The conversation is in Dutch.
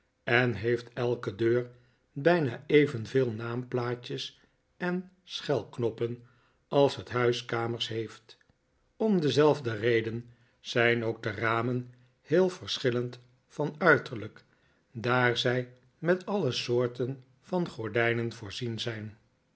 en heeft elke deur bijna evenveel naamplaatjes en schelknoppen als het huis kamers heeft om dezelfde reden zijn ook de ramen heel verschillend van uiterlijk daar zij met alle soorten van gordijnen voorzien zijn